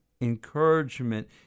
encouragement